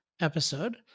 episode